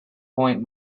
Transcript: point